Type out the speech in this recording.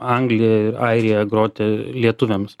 angliją ir airiją groti lietuviams